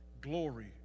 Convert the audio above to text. glory